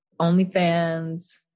OnlyFans